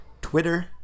twitter